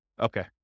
Okay